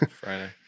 Friday